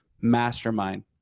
mastermind